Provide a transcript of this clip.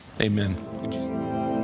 Amen